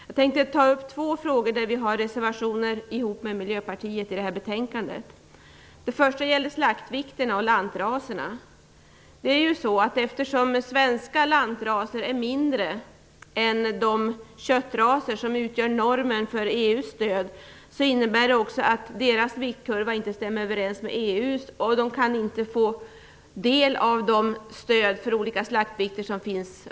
Jag tänkte ta upp två frågor där vi i Vänsterpartiet har reserverat oss tillsammans med Miljöpartiet i det här betänkandet. Eftersom svenska lantraser är mindre än de köttraser som utgör normen för EU:s stöd, stämmer de svenska rasernas viktkurva inte överens med EU:s. Vi kan därför inte få del av stödet för olika angivna slaktvikter.